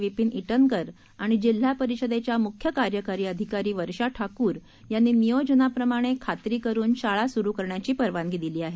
विपीन ठेनकर आणि जिल्हा परिषदेच्या मुख्य कार्यकारी अधिकारी वर्षा ठाकूर यांनी नियोजनाप्रमाणे खात्री करुन शाळा सुरु करण्याची परवानगी दिली आहे